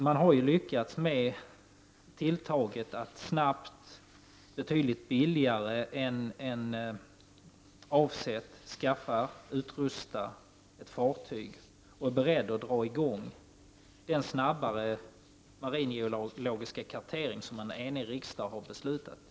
Man har lyckats med tilltaget att snabbt och betydligt billigare än som var avsett skaffa och utrusta ett företag, och man är beredd att snabbare dra i gång den maringeologiska kartering som en enig riksdag beslutat om.